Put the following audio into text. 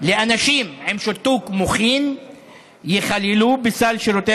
לאנשים עם שיתוק מוחין ייכללו בסל שירותי